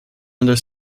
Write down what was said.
under